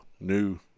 new